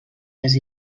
les